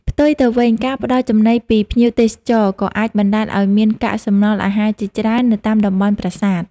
ផ្ទុយទៅវិញ ការផ្តល់ចំណីពីភ្ញៀវទេសចរ ក៏អាចបណ្ដាលឱ្យមានកាកសំណល់អាហារជាច្រើននៅតាមតំបន់ប្រាសាទ។